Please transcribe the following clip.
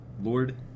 Lord